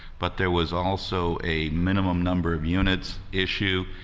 but there was also a minimum number of units issue,